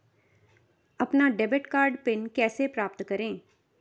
अपना debit card PIN कैसे प्राप्त करें?